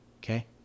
Okay